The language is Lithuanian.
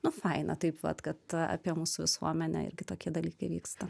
nu faina taip vat kad apie mūsų visuomenę irgi tokie dalykai vyksta